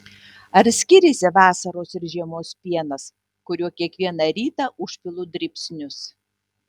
ar skiriasi vasaros ir žiemos pienas kuriuo kiekvieną rytą užpilu dribsnius